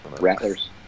Rattlers